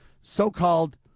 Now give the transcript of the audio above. so-called